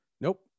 Nope